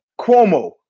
Cuomo